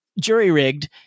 jury-rigged